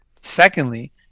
secondly